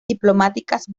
diplomáticas